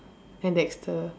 and Dexter